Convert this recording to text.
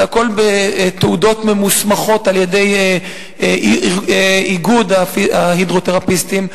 זה הכול בתעודות ממוסמכות על-ידי איגוד ההידרותרפיסטים.